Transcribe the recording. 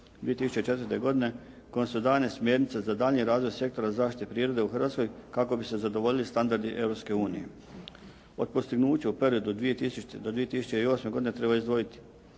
2004. godine u kojem su dane smjernice za daljnji razvoj sektora zaštite prirode u Hrvatskoj kako bi se zadovoljili standardi Europske unije. Od postignuća u periodu od 2000. do 2008. godine treba izdvojiti